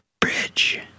bridge